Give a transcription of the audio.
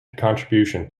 contribution